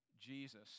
Jesus